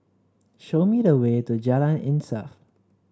show me the way to Jalan Insaf